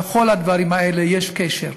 לכל הדברים האלה יש קשר,